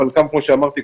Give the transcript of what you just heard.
אבל גם כמו שאמרתי,